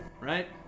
Right